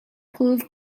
preuve